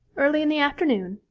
early in the afternoon,